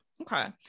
okay